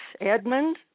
Edmund